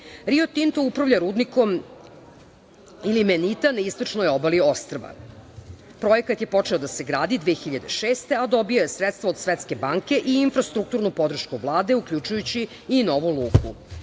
Tinto upravlja rudnikom ilmenita na istočnoj obali ostrva. Projekat je počeo da se gradi 2006. a dobio je sredstva od Svetske banke i infrastrukturnu podršku Vlade uključujući i novu luku.